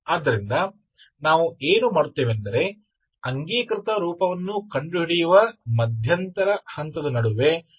ಆದ್ದರಿಂದ ನಾವು ಏನು ಮಾಡುತ್ತೇವೆಂದರೆ ಅಂಗೀಕೃತ ರೂಪವನ್ನು ಕಂಡುಹಿಡಿಯುವ ಮಧ್ಯಂತರ ಹಂತದ ನಡುವೆ ನಾವು ಇದನ್ನು ಮಾಡುವುದಿಲ್ಲ